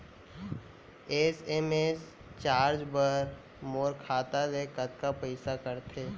SMS charge बर मोर खाता ले कतका पइसा कटथे?